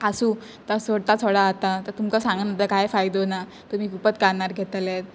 आसूं तां सोड तां थोडां आतां तुमकां सांगोन सुद्दां फायदो ना तुमी खुपत कानार घेतले